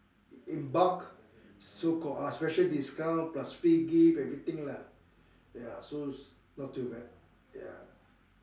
in bulk so got ah special discount plus free gift everything lah ya so not too bad ya